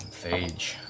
phage